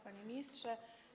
Panie Ministrze!